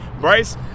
Bryce